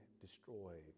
destroyed